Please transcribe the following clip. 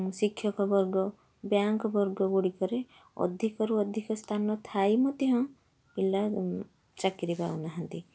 ଶିକ୍ଷକ ବର୍ଗ ବ୍ୟାଙ୍କ ବର୍ଗ ଗୁଡ଼ିକରେ ଅଧିକରୁ ଅଧିକ ସ୍ଥାନ ଥାଇ ମଧ୍ୟ ପିଲା ଚାକିରି ପାଉନାହାଁନ୍ତି